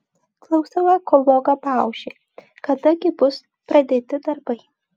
klausiau ekologą baušį kada gi bus pradėti darbai